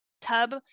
tub